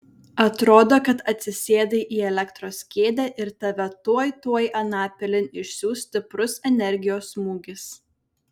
atrodo kad atsisėdai į elektros kėdę ir tave tuoj tuoj anapilin išsiųs stiprus energijos smūgis